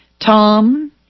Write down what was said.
Tom